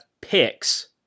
picks